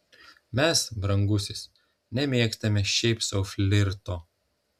mes brangusis nemėgstame šiaip sau flirto